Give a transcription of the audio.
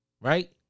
Right